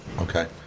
Okay